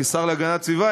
כשר להגנת הסביבה,